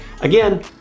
Again